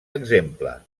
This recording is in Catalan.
exemple